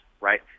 right